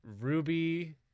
Ruby